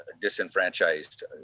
disenfranchised